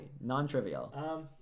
Non-trivial